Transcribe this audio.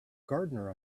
gardener